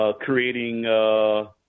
creating